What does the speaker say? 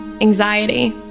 anxiety